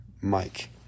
Mike